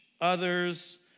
others